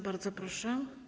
Bardzo proszę.